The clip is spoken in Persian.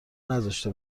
نذاشته